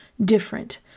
different